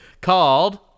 called